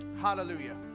Hallelujah